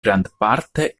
grandparte